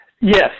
Yes